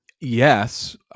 Yes